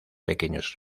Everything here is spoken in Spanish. pequeños